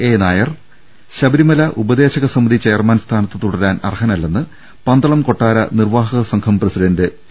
A Nair Sabarimala ഉപദേശക സമിതി chairman സ്ഥാനത്ത് തുടരാൻ അർഹനല്ലെന്ന് പന്തളം കൊട്ടാര നിർവ്വാഹക സംഘം പ്രസിഡണ്ട് പി